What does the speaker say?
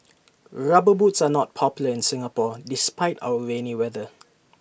rubber boots are not popular in Singapore despite our rainy weather